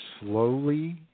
Slowly